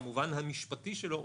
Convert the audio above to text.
במובן המשפטי שלו,